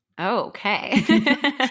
Okay